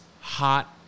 hot